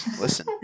Listen